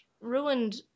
ruined